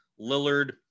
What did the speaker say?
Lillard